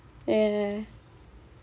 ya